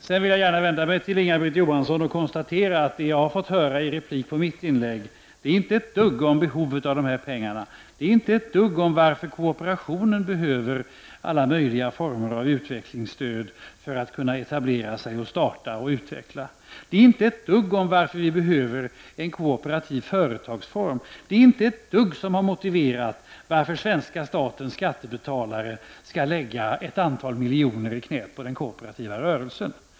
Sedan vill jag gärna vända mig till Inga-Britt Johansson och konstatera att det jag har fått höra i replik på mitt inlägg inte är ett dugg om behovet av dessa pengar, det är inte ett dugg om varför kooperationen behöver alla möjliga former av utvecklingsstöd för att kunna etablera sig, starta och utveckla, det är inte ett dugg om varför vi behöver en kooperativ företagsform och det är inte ett dugg som har motiverat varför svenska statens skattebetalare skall lägga ett antal miljoner i knät på den kooperativa rörelsen.